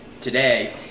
today